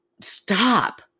stop